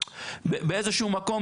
באיזה שהוא מקום,